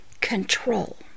control